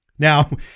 Now